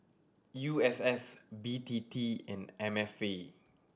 U S S B T T and M F A